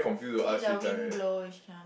is it the wind blow then she cannot